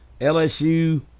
LSU